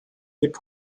hip